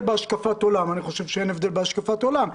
בהשקפת עולם אני חושב שאין הבדל בהשקפת עולם,